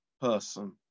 person